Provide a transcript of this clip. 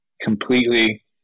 completely